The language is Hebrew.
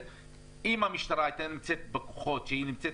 אם המשטרה הייתה נמצאת בכוחות שהיא נמצאת